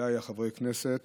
מכובדיי חברי הכנסת